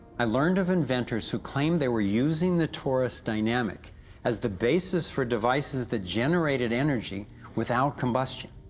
i learned of inventors, who claimed they were using the torus dynamic as the basis for devices that generated energy without combustion.